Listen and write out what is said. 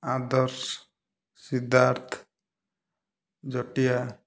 Adarsh Siddharth Jatia